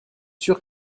sûr